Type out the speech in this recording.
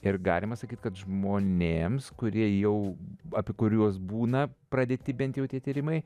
ir galima sakyt kad žmonėms kurie jau apie kuriuos būna pradėti bent jau tie tyrimai